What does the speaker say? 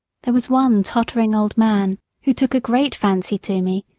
there was one tottering old man who took a great fancy to me,